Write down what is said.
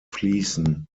fließen